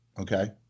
okay